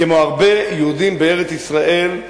כמו הרבה יהודים בארץ-ישראל,